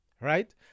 right